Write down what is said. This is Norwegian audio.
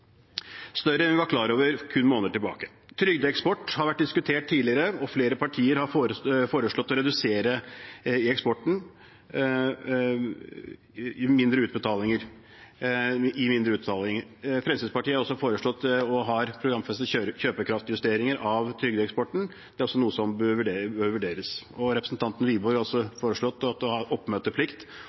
større enn vi var klar over for kun måneder siden. Trygdeeksport har vært diskutert tidligere, og flere partier har foreslått å redusere i eksporten – i mindre utbetalinger. Fremskrittspartiet har også foreslått – og har programfestet – kjøpekraftjusteringer av trygdeeksporten. Det er også noe som bør vurderes. Representanten Wiborg har også foreslått å ha oppmøteplikt